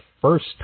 first